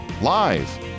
live